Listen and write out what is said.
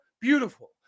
beautiful